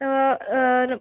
तर